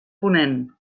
ponent